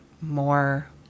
more